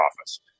office